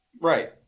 right